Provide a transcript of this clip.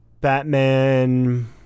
Batman